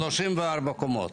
34 קומות.